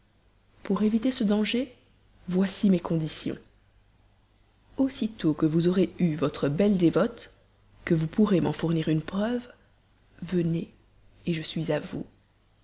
pour éviter ce danger voici mes conditions aussitôt que vous aurez eu votre belle dévote que vous pourrez m'en fournir une preuve venez je suis à vous